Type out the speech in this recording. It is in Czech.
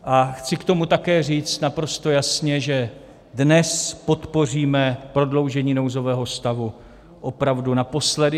A chci k tomu také říct naprosto jasně, že dnes podpoříme prodloužení nouzového stavu opravdu naposledy.